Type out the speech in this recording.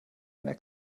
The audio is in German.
einer